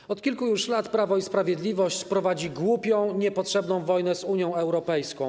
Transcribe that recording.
Już od kilku lat Prawo i Sprawiedliwość prowadzi głupią i niepotrzebną wojnę z Unią Europejską.